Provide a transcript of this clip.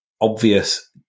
obvious